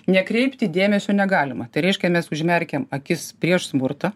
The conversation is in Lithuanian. nekreipti dėmesio negalima tai reiškia mes užmerkiam akis prieš smurtą